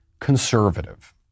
conservative